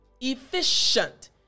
efficient